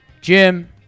Jim